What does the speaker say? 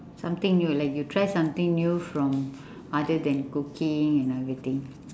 something new like you try something new from other than cooking and everything